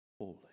holy